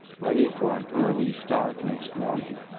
ready for an early start next morning.